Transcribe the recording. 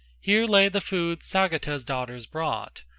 here lay the food sagata's daughters brought,